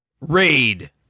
Raid